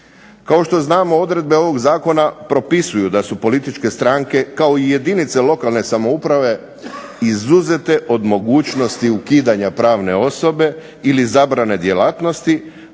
Kao što znamo odredbe ovog zakona propisuju da su političke stranke, kao i jedinice lokalne samouprave izuzete od mogućnosti ukidanja pravne osobe, ili zabrane djelatnosti,